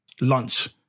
lunch